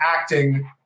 acting